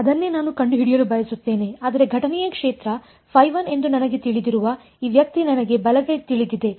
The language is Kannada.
ಅದನ್ನೇ ನಾನು ಕಂಡುಹಿಡಿಯಲು ಬಯಸುತ್ತೇನೆ ಆದರೆ ಘಟನೆಯ ಕ್ಷೇತ್ರ ಎಂದು ನನಗೆ ತಿಳಿದಿರುವ ಈ ವ್ಯಕ್ತಿ ನನಗೆ ಬಲಗೈ ತಿಳಿದಿದೆ